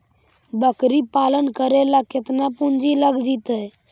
बकरी पालन करे ल केतना पुंजी लग जितै?